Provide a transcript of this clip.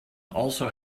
also